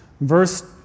Verse